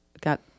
got